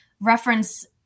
reference